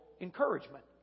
encouragement